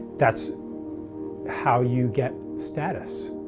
that's how you get status.